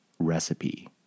recipe